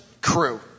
crew